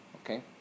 Okay